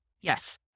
Yes